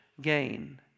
gain